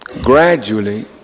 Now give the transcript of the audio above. gradually